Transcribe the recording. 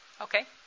Okay